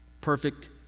perfect